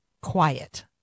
quiet